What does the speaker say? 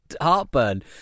heartburn